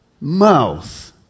mouth